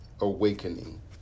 awakening